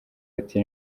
ati